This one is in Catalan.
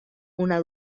una